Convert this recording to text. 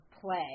play